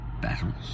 battles